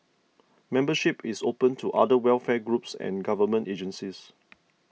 membership is open to other welfare groups and government agencies